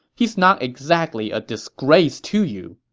he's not exactly a disgrace to you.